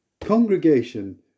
congregation